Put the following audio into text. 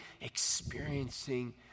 experiencing